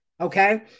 okay